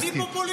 אני פופוליסט?